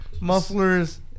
mufflers